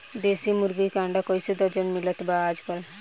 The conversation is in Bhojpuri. देशी मुर्गी के अंडा कइसे दर्जन मिलत बा आज कल?